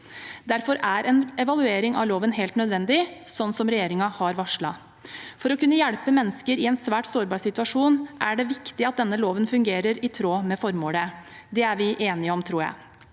Derfor er en evaluering av loven helt nødvendig, slik regjeringen har varslet. For å kunne hjelpe mennesker i en svært sårbar situasjon er det viktig at denne loven fungerer i tråd med formålet. Det er vi enige om, tror jeg.